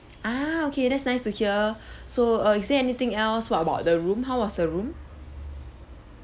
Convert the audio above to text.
ah okay that's nice to hear so err is there anything else what about the room how was the room